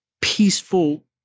peaceful